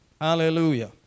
Hallelujah